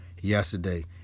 yesterday